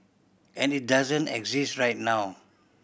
and it doesn't exist right now